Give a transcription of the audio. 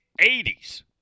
80s